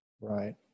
Right